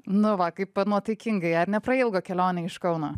nu va kaip nuotaikingai ar neprailgo kelionė iš kauno